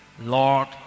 Lord